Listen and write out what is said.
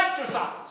exercise